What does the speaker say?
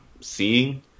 seeing